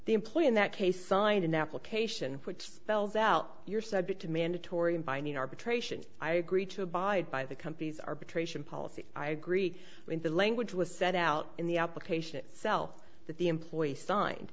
the employee in that case signed an application which spells out you're subject to mandatory and binding arbitration i agree to abide by the company's arbitration policy i agree when the language was set out in the application itself that the employee signed